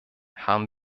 haben